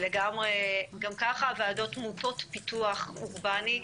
גם ככה הוועדות מוטות פיתוח אורבני,